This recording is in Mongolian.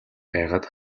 байгаад